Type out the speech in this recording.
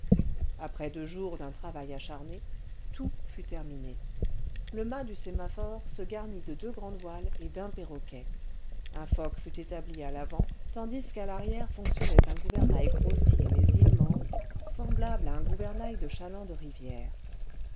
après deux jours d'un travail acharné tout fut terminé le mât du sémaphore se garnit de deux grandes voiles et d'un perroquet un foc fut le vingtième siècle établi à l'avant tandis qu'à l'arrière fonctionnait un gouvernail grossier mais immense semblable à un gouvernail de chaland de rivière